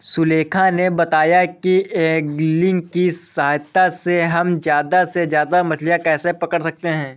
सुलेखा ने बताया कि ऐंगलिंग की सहायता से हम ज्यादा से ज्यादा मछलियाँ कैसे पकड़ सकते हैं